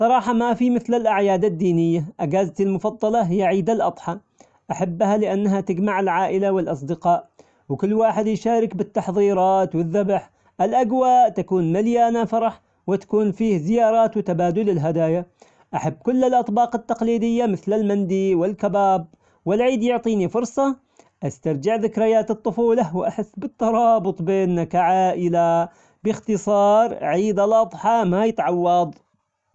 صراحة ما في مثل الأعياد الدينية أجازتي المفضلة هي عيد الأضحى، أحبها لأنها تجمع العائلة والأصدقاء، وكل واحد يشارك بالتحضيرات والذبح. الأجواء تكون مليانة فرح وتكون فيه زيارات وتبادل الهدايا. أحب كل الأطباق التقليدية مثل المندي والكباب، والعيد يعطيني فرصة استرجع ذكريات الطفولة وأحس بالترابط بينا كعائلة بإختصار عيد الأضحى ما يتعوض.